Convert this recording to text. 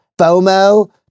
FOMO